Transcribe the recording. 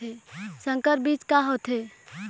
संकर बीज का होथे?